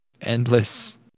Endless